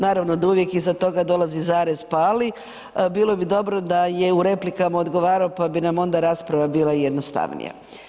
Naravno da uvijek da iza toga dolazi zarez pa ali, bilo bi dobro da je u replikama odgovarao pa bi nam onda rasprava bila i jednostavnija.